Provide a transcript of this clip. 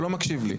אתה לא מקשיב לי.